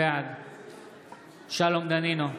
בעד שלום דנינו,